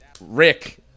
Rick